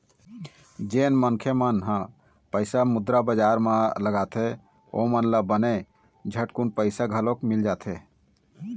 जेन मनखे मन ह पइसा मुद्रा बजार म लगाथे ओमन ल बने झटकून पइसा घलोक मिल जाथे